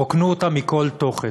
רוקנו אותן מכל תוכן.